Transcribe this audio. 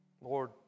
Lord